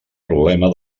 problema